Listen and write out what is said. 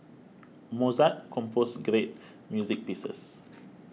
Mozart composed great music pieces